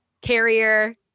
carrier